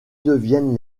deviennent